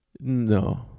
No